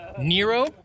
Nero